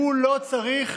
הוא לא צריך